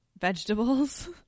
vegetables